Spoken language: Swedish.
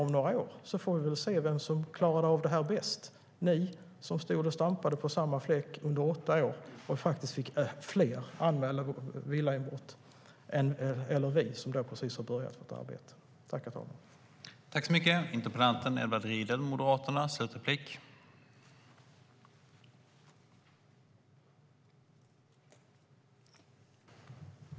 Om några år får vi se vem som klarade av detta bäst - ni, som stod och stampade på samma fläck under åtta år och fick fler anmälda villainbrott, eller vi, som precis har börjat vårt arbete.